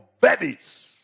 babies